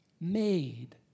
made